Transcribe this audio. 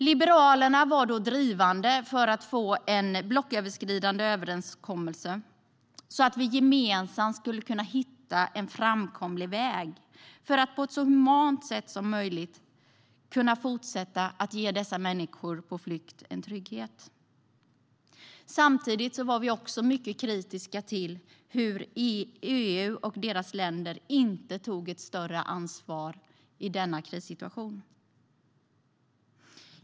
Liberalerna var drivande för att få fram en blocköverskridande överenskommelse, så att vi gemensamt skulle kunna hitta en framkomlig väg för att på ett så humant sätt som möjligt fortsätta att ge människor på flykt en trygghet. Samtidigt var vi mycket kritiska till att EU och övriga EU-länder inte tog ett större ansvar i denna krissituation.